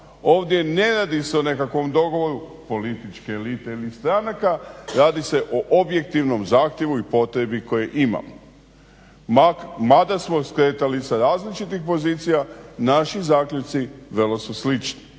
Ovdje ne radi se o nekakvom dogovoru političke elite ili stranaka radi se o objektivnom zahtjevu i potrebi koje imamo. Mada smo skretali sa različitih pozicija naši zaključci vrlo su slični.